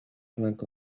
plank